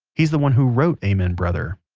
he's the one who wrote amen, brother.